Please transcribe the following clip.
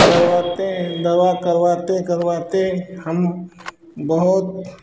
करवाते दवा करवाते करवाते हम बहुत